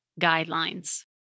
guidelines